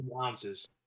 ounces